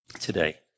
today